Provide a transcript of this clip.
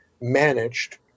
managed